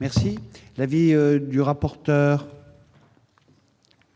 Quel est l'avis de la